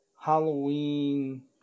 Halloween